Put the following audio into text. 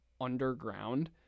underground